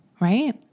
right